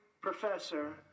professor